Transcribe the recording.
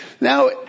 Now